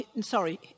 Sorry